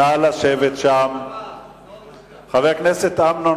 הצעת חוק